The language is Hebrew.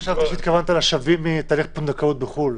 חשבתי שהתכוונת לשבים מתהליך פונדקאות בחו"ל.